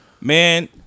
Man